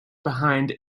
behind